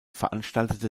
veranstaltete